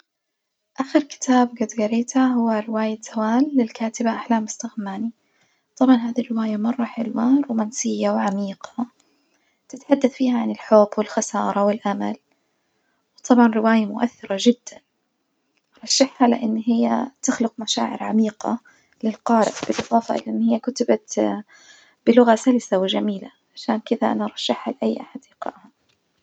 آخر كتاب جد جريته هو رواية هوال للكاتبة أحلام مستغنماني، طبعُا هادي الرواية مرة حلوة رومانسية وعميقة، تتحدث فيها عن الحب والخسارة والأمل، وطبعا رواية مؤثرة جدًا أرشحها لإن هي تخلق مشاعر عميقة للقارئ بالإضافة إلى إن هي كتبت بلغة سلسة وجميلة عشان كدة أنا أرشحها لأي حد يقرأها.